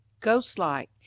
ghost-like